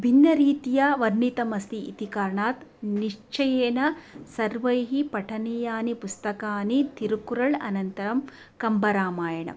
भिन्नरीत्या वर्णितमस्ति इति कारणात् निश्चयेन सर्वैः पठनीयानि पुस्तकानि तिरुक्कुरळ् अनन्तं कम्बरामायणम्